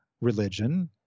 religion